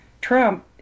Trump